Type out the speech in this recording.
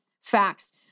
facts